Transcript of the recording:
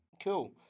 cool